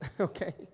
okay